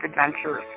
Adventures